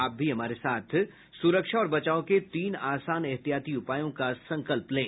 आप भी हमारे साथ सुरक्षा और बचाव के तीन आसान एहतियाती उपायों का संकल्प लें